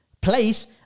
place